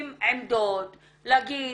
עם עמדות, להגיד